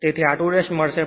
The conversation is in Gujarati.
તેથી r2 મળશે 0